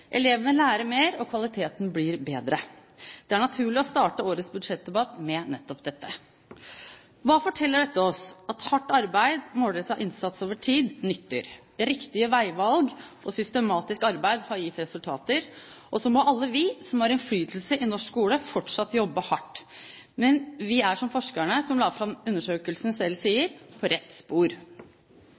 Elevene lærer mer, og kvaliteten blir bedre. Det er naturlig å starte årets budsjettdebatt med nettopp dette. Hva forteller dette oss? At hardt arbeid og målrettet innsats over tid nytter. Riktige veivalg og systematisk arbeid har gitt resultater. Så må alle vi som har innflytelse i norsk skole, fortsatt jobbe hardt. Men vi er, som forskerne som la fram undersøkelsen, selv sier, på rett spor.